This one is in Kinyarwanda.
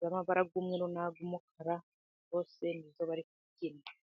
y'amabara y'umweru n'ay'umukara, bose nizo bari kubyina.